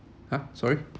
!huh! sorry